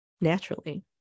naturally